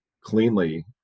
cleanly